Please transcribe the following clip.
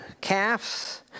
calves